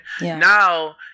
Now